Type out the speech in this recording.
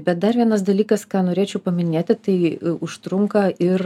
bet dar vienas dalykas ką norėčiau paminėti tai užtrunka ir